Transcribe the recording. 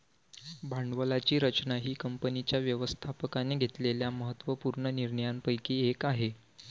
भांडवलाची रचना ही कंपनीच्या व्यवस्थापकाने घेतलेल्या महत्त्व पूर्ण निर्णयांपैकी एक आहे